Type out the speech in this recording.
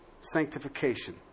sanctification